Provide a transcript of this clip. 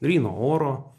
gryno oro